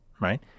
right